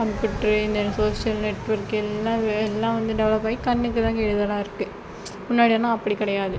computer இந்த social network எல்லாம் எல்லாம் டெவெலப் ஆகி கண்ணுக்கு தான் கெடுதலாக இருக்கு முன்னாடிலாம் அப்படி கிடையாது